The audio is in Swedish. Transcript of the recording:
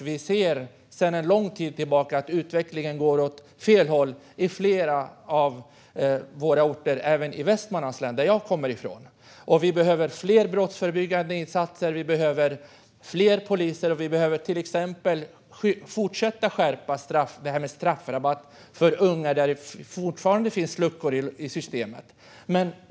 Vi ser sedan lång tid tillbaka att utvecklingen går åt fel håll på flera av våra orter, även i Västmanlands län, som jag kommer från. Vi behöver fler brottsförebyggande insatser och fler poliser, och vi behöver fortsätta skärpa straffen. När det gäller straffrabatt för unga finns fortfarande luckor i systemet.